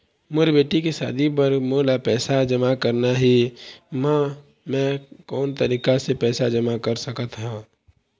मोर बेटी के शादी बर मोला पैसा जमा करना हे, म मैं कोन तरीका से पैसा जमा कर सकत ह?